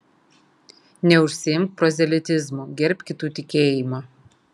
neužsiimk prozelitizmu gerbk kitų tikėjimą